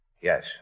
Yes